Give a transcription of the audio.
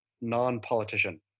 non-politician